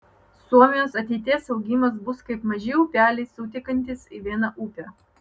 suomijos ateities augimas bus kaip maži upeliai sutekantys į vieną upę